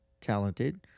Talented